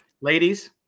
ladies